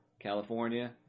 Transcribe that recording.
California –